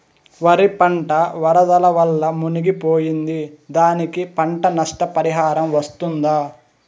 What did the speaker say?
వరి పంట వరదల వల్ల మునిగి పోయింది, దానికి పంట నష్ట పరిహారం వస్తుందా?